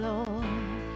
Lord